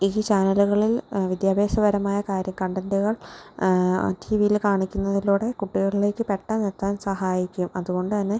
ചാനലുകളിൽ വിദ്യാഭ്യാസപരമായ കാര്യം കണ്ടന്റുകൾ ടി വിയിൽ കാണിക്കുന്നതിലൂടെ കുട്ടികളിലേക്ക് പെട്ടെന്ന് എത്താൻ സഹായിക്കും അതുകൊണ്ടു തന്നെ